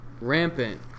rampant